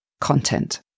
content